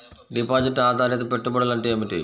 Deposit ఆధారిత పెట్టుబడులు అంటే ఏమిటి?